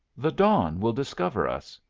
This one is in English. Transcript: the dawn will discover us.